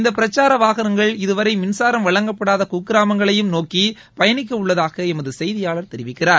இந்த பிரச்சார வாகனங்கள் இதுவரை மின்சாரம் வழங்கப்படாத குக்கிரமங்களையும் நோக்கி பயணிக்க உள்ளதாக எமது செய்தியாளர் தெரிவிக்கிறார்